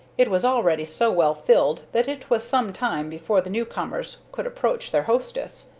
it was already so well filled that it was some time before the new-comers could approach their hostess.